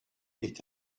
est